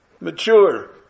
Mature